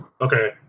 Okay